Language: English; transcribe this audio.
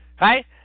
right